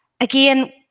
again